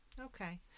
Okay